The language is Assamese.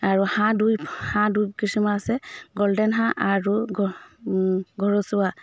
আৰু হাঁহ দুই হাঁহ দুই কিছিমৰ আছে গল্ডেন হাঁহ আৰু ঘৰচুৱা